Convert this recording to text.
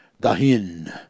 Dahin